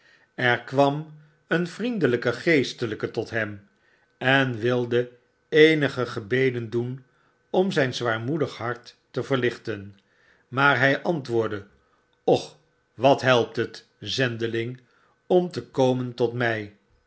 er kwam een vriendelijke geestelijke tot hem en wilde eenige gebeden doen om zijn zwaarmoedig hart te verlichten maar hij antwoordde och wat helpt het zendeling om te komen tot mij